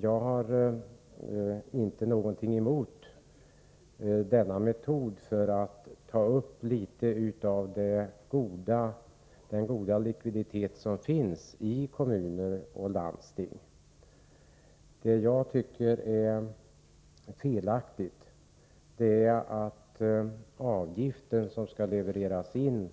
Jag har ingenting emot denna metod att ta upp litet av den goda likviditet som finns i kommuner och landsting. Det jag tycker är felaktigt är att avgiften som skall levereras in